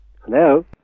Hello